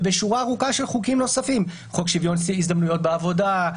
ובשורה ארוכה של חוקים נוספים: חוק שוויון הזדמנויות בעבודה,